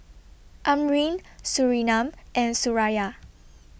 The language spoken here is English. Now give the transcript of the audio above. Amrin Surinam and Suraya